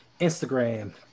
Instagram